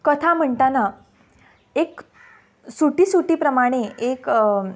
कथा म्हणटाना एक सुटी सुटी प्रमाणे एक